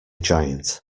giant